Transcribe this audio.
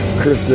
Chris